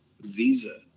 visa